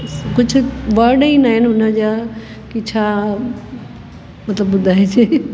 कुझु वर्ड ई न आहिनि हुन जा की छा मतिलबु ॿुधाइजे